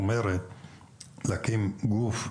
להקים גוף,